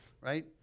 Right